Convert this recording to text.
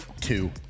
two